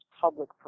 public